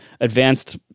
advanced